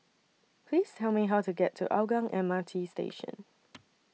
Please Tell Me How to get to Hougang M R T Station